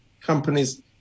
companies